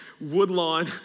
Woodlawn